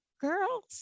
girls